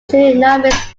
tsunamis